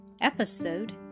Episode